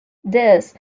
this